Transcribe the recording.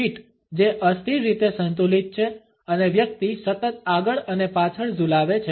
fit જે અસ્થિર રીતે સંતુલિત છે અને વ્યક્તિ સતત આગળ અને પાછળ ઝૂલાવે છે